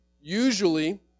usually